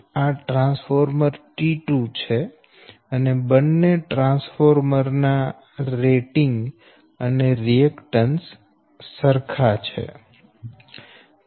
આ transformer T2 છે અને બંને ટ્રાન્સફોર્મર transformer ના રેટિંગ અને રિએકટન્સ સમાન છે